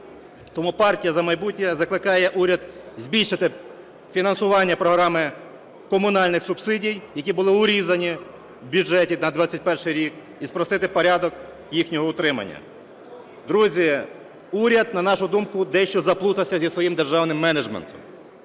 Тому "Партія "За майбутнє" закликає уряд збільшити фінансування програми комунальних субсидій, які були урізані у бюджеті на 2021 рік, і спростити порядок їхнього отримання. Друзі, уряд, на нашу думку, дещо заплутався зі своїм державним менеджментом.